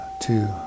two